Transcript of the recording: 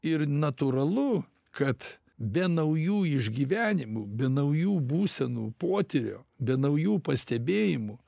ir natūralu kad be naujų išgyvenimų be naujų būsenų potyrio be naujų pastebėjimų